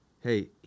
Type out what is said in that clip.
hey